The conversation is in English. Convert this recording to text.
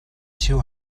two